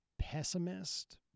pessimist